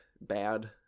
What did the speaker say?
bad